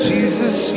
Jesus